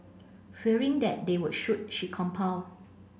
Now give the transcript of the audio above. fearing that they would shoot she compile